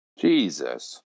Jesus